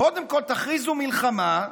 קודם כול, תכריזו מלחמה,